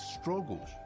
struggles